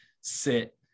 sit